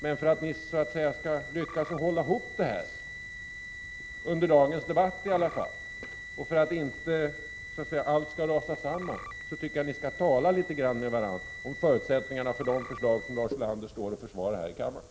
Men för att ni skall lyckas att så att säga hålla ihop detta, i alla fall under dagens debatt, och för att inte allt skall rasa samman, tycker jag att ni skall tala med varandra om förutsättningarna för de förslag som Lars Ulander försvarar här i kammaren.